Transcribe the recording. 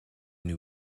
new